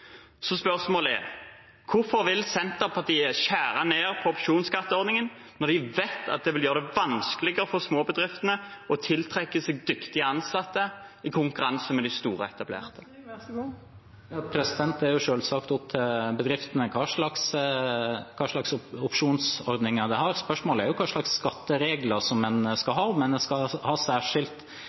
Så spørsmålet er: Hvorfor vil Senterpartiet skjære ned på opsjonsskatteordningen når de vet at det vil gjøre det vanskeligere for småbedriftene å tiltrekke seg dyktige ansatte i konkurranse med de store? Det er selvsagt opp til bedriftene hva slags opsjonsordninger de har. Spørsmålet er hva slags skatteregler en skal ha, og om en skal ha særskilt